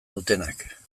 dutenak